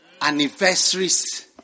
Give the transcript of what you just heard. Anniversaries